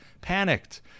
panicked